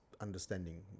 understanding